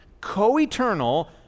co-eternal